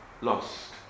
lost